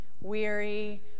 weary